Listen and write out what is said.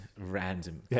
random